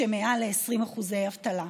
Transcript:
מעל ל-20% אבטלה.